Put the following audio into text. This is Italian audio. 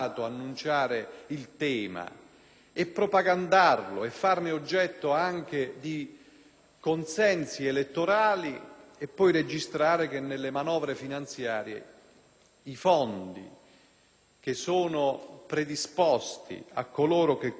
consensi elettorali e poi registrare che nelle manovre finanziarie i fondi predisposti a chi quotidianamente con sacrificio si occupa della nostra sicurezza